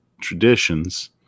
traditions